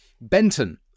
Benton